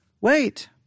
Wait